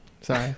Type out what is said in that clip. Sorry